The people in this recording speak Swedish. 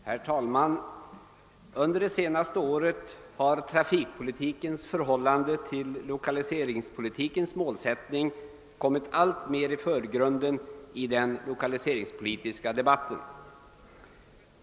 Herr talman! Under det senaste året har trafikpolitikens förhållande till 1okaliseringspolitikens målsättning kommit alltmer i förgrunden i den lokaliseringspolitiska debatten.